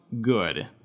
good